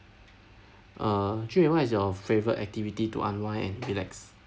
uh jun wei what is your favourite activity to unwind and relax